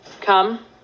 Come